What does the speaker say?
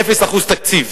לאפס אחוז תקציב.